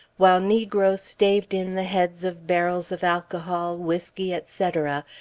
while negroes staved in the heads of barrels of alcohol, whiskey, etc,